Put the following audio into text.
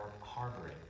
harboring